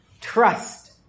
trust